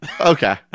okay